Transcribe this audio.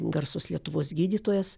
garsus lietuvos gydytojas